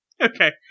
Okay